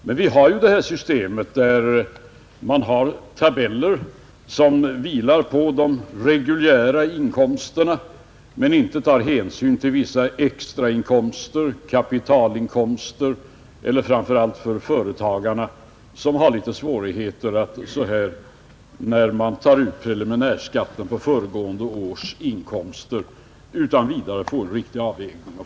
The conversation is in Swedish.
Men vi har ju detta system med tabeller som vilar på de reguljära inkomsterna men inte tar hänsyn till vissa extrainkomster och kapitalinkomster. Framför allt företagarna har litet svårigheter, när man tar ut preliminärskatten på föregående års inkomster, att utan vidare få en riktig avvägning.